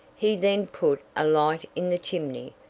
he then put a light in the chimney,